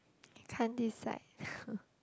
you can't decide